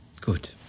Good